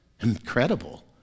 Incredible